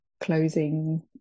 closing